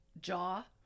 jaw